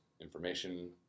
information